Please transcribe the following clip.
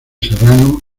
serrano